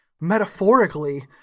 metaphorically